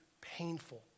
Painful